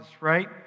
right